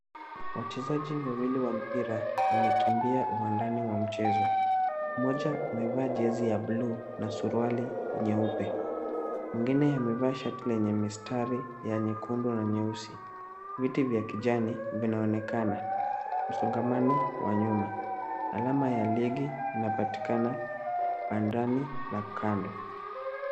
Wachezaji wawili wa mpira wamekimbia uwandani wa mchezo. Mmoja amevaa jezi ya bluu na suruali nyeupe. Mwingine amevaa shati lenye mistari ya nyekundu na nyeusi. Viti vya kijani vinaonekana msongamano wa nyuma. Alama ya legi inapatikana kwa ndani na kando.